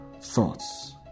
thoughts